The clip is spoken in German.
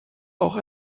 auch